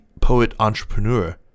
poet-entrepreneur